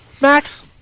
max